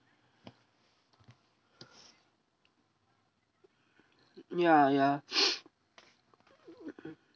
ya ya